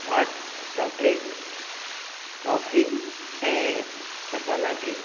hot chocolate coffee ऐं masala T